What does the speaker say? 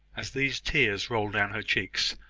as these tears rolled down her cheeks,